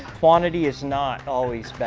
quantity is not always